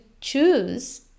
choose